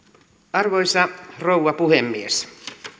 arvoisa rouva puhemies